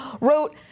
wrote